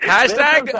Hashtag